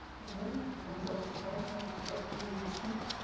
good morning. my name's alister pfeif. thank you for the opportunity to speak.